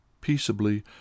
peaceably